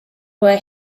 where